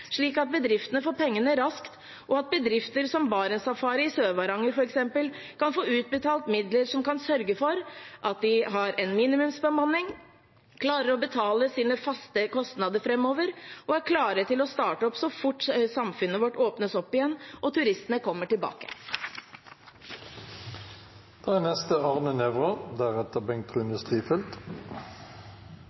slik at bedriftene får pengene raskt, og at bedrifter som Barents Safari i Sør-Varanger f.eks. kan få utbetalt midler som kan sørge for at de har en minimumsbemanning, klarer å betale sine faste kostnader framover og er klare til å starte opp så fort samfunnet vårt åpnes opp igjen og turistene kommer